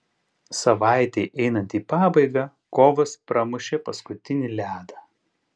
savaitei einant į pabaigą kovas pramušė paskutinį ledą